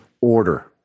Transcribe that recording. order